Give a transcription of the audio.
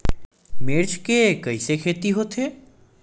मिर्च के कइसे खेती होथे?